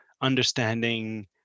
understanding